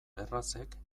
errazek